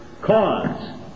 Cause